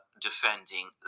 defending